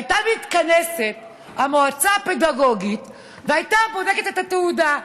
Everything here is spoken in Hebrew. הייתה מתכנסת המועצה הפדגוגית והייתה בודקת את התעודה: